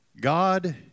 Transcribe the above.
God